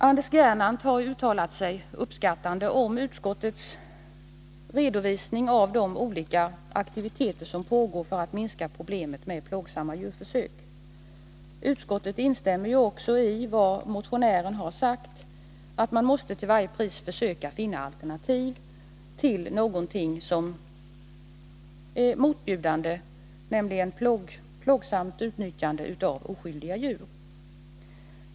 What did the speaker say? Anders Gernandt har uttalat sig uppskattande om utskottets redovisning av de olika aktiviteter som pågår för att minska problemet med plågsamma djurförsök. Utskottet instämmer också i vad motionären har sagt, nämligen att man till varje pris måste försöka finna alternativ till någonting som är motbjudande, dvs. plågsamt utnyttjande av oskyldiga djur.